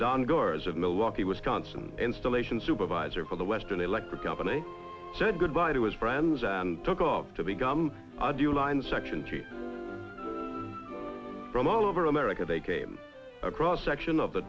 don gores of milwaukee wisconsin installation supervisor for the western electric company said goodbye to his friends and took off to the gum odelein section three from all over america they came across a section of the